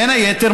בין היתר,